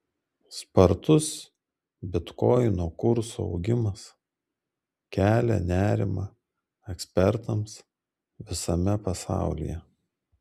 spartus bitkoino kurso augimas kelia nerimą ekspertams visame pasaulyje